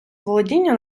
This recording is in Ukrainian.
володіння